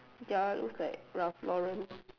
ya looks like Ralph Lauren